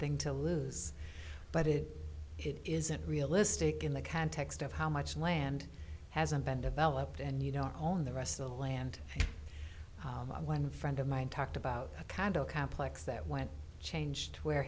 thing to lose but it isn't realistic in the context of how much land hasn't been developed and you know our own the rest of the land when a friend of mine talked about a condo complex that went changed where